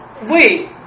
Wait